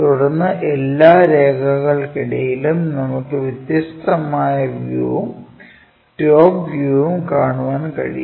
തുടർന്ന് എല്ലാ രേഖകൾക്കിടയിലും നമുക്ക് വ്യത്യസ്തമായ വ്യൂവും ടോപ് വ്യൂവും കാണാൻ കഴിയും